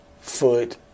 foot